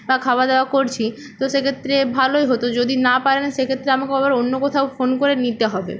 বা খাওয়া দাওয়া করছি তো সেক্ষেত্রে ভালোই হতো যদি না পারেন সেক্ষেত্রে আমাকে আবার অন্য কোথাও ফোন করে নিতে হবে